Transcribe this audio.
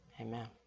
Amen